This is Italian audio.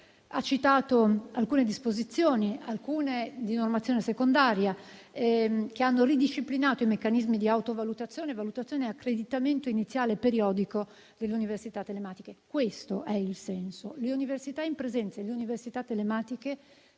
Ha citato alcune disposizioni, alcune di normazione secondaria che hanno ridisciplinato i meccanismi di autovalutazione, valutazione e accreditamento iniziale periodico delle università telematiche. Questo è il senso: le università in presenza e le università telematiche